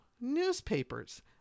newspapers